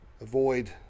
avoid